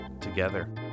together